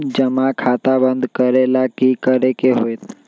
जमा खाता बंद करे ला की करे के होएत?